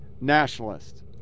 nationalist